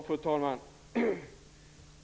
Fru talman!